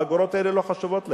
שהאגורות האלה לא חשובות להם.